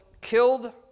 killed